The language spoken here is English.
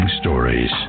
stories